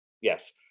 Yes